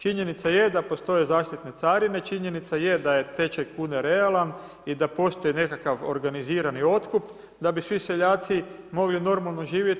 Činjenica je da postoje zaštitne carine, činjenica je da je tečaj kune realan i da postoje nekakvi organizirani otkup, da bi svi seljaci mogli normalno živjeti.